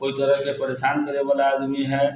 ओय तरहके परेशान करैवला आदमी है